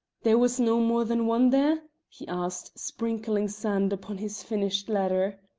there was no more than one there? he asked, sprinkling sand upon his finished letter.